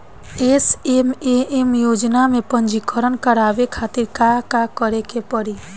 SMAM योजना में पंजीकरण करावे खातिर का का करे के पड़ी?